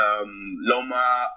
LOMA